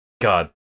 God